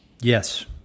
yes